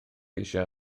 eisiau